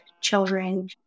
children